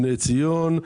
בבני ציון,